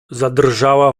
zadrżała